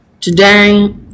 Today